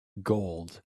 gold